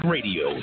Radio